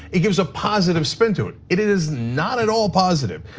it gives a positive spin to it. it it is not at all positive.